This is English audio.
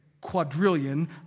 quadrillion